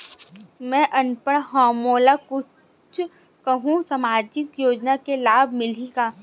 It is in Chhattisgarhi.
मैं अनपढ़ हाव मोला कुछ कहूं सामाजिक योजना के लाभ मिलही का?